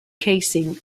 casing